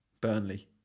burnley